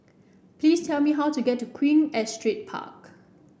please tell me how to get to Queen Astrid Park